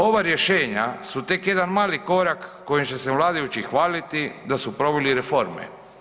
Ova rješenja su tek jedan mali korak kojim će se vladajući hvaliti da su proveli reforme.